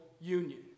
union